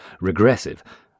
regressive